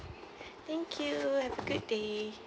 thank you have a good day